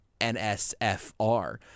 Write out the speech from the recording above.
NSFR